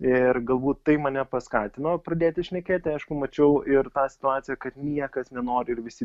ir galbūt tai mane paskatino pradėti šnekėti aišku mačiau ir tą situaciją kad niekas nenori ir visi